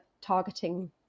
targeting